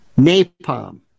Napalm